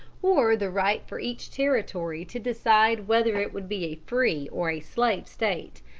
or the right for each territory to decide whether it would be a free or a slave state.